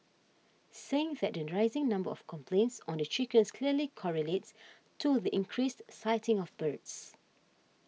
saying that the rising number of complaints on the chickens clearly correlates to the increased sighting of birds